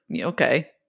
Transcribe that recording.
okay